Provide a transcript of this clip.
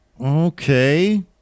Okay